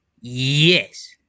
Yes